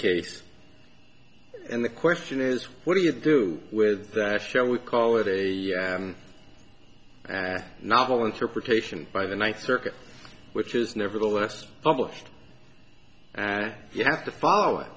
case and the question is what do you do with that shall we call it a novel interpretation by the ninth circuit which is nevertheless published and you have to follow